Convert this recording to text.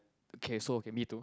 okay so okay me too